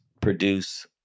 produce